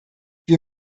wir